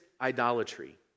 idolatry